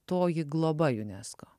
toji globa unesco